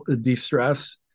distress